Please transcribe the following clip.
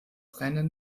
rennen